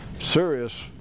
Serious